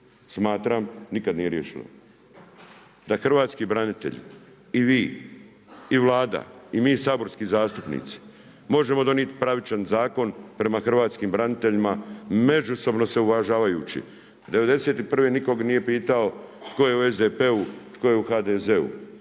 Smatram, nikada nije riješeno, da hrvatski branitelj i vi i Vlada i mi saborski zastupnici možemo donijeti pravičan zakon prema hrvatskim braniteljima, međusobno se uvažavajući. '91. nikog nije pitao tko je u SDP-u, tko je u HDZ-u,